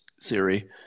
theory